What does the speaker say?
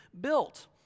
built